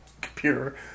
computer